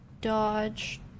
dodge